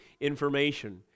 information